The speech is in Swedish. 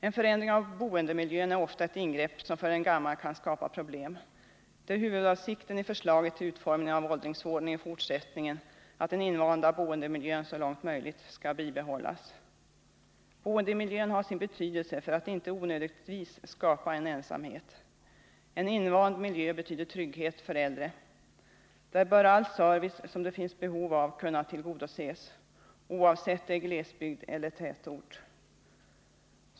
En förändring av boendemiljön är ofta ett ingrepp som för en gammal kan skapa problem. Det är huvudavsikten i förslaget till utformningen av åldringsvården i fortsättningen, att den invanda boendemiljön så långt möjligt skall bibehållas. Boendemiljön har sin betydelse för att inte onödigtvis skapa en ensamhet. En invand miljö betyder trygghet för äldre. Där bör all service som det finns behov av kunna tillgodoses, oavsett om det är glesbygd eller tätort.